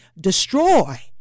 destroy